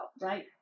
Right